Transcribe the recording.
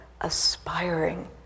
aspiring